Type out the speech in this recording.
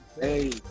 Hey